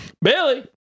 Billy